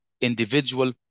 individual